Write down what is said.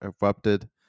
erupted